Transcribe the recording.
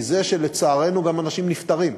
לצערנו, אנשים גם נפטרים.